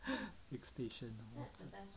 egg station